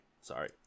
Sorry